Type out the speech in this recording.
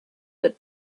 that